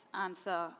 answer